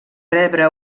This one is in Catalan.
rebre